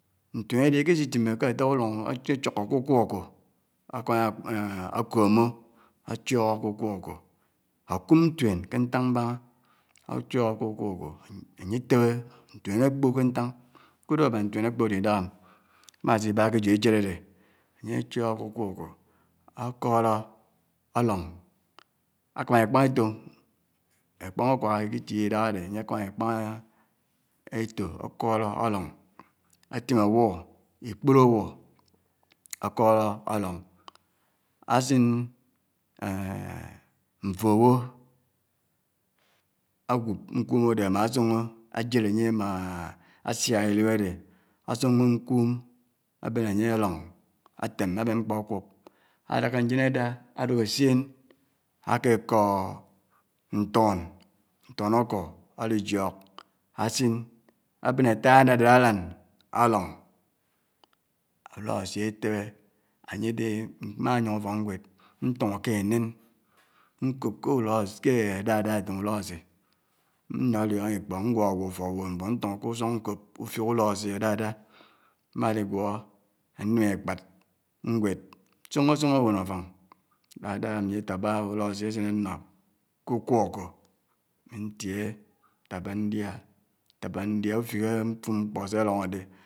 ntuèn ádè ikèsi timmè kè átá idung o, ákèsè sókó kè ukwoko ákámá ákwomo áchòk kè ukwoko ákum ntuèn ki ntàng mbángá áchòk kè ukwoko ányè tèbè ntuèn ákpo kè ntáng nkwudò ábá ntuén ákpo ádè idáhá m ámásí iná ké éyò éséd ádè ányè chòk kè ukwoko ákóló álóng ákámá ékpàng éto o ékpàng ukwák ikitiéh idáhá dè ányè kámá ékpáng éto ákóló álòng átim ábi ikpolo ábu ákóló álòng ásin mfó ò áwub nkum ádè ámá ásiòngò ájèd ányè ámá ásiák uib ádè ásiòngò nkum ábèn ányè álòng átèm ábèn mkpò ákub ádáká ndèn ádá áduk èssièn ákè kó ntón áku ádijiòk ásin ábèn átá ádádád álán álòng ulòsi átèbè ányè dè má nyòng ufòk nwèd ntungò kè ánèn nkòb kè ulòsi kè dádá átém ulósi nliòliòngò ikpòng ngwòhògwò ufòk duòn but ntòngò k'usung nkòb ufòk ulòsi dádá má digwó ámi nnyin ékpád nwèd nsòngòsòngò duòn áffòng dádá mi átákpá ulósi ásin ánnò k'ukwoko ntiè nták pá ndiá ntákpá ndiá ukèd ufik mkpò sè uòng ádè.